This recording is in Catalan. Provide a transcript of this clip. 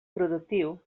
productiu